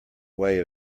way